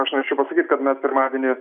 aš norėčiau pasakyt kad mes pirmadienį